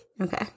Okay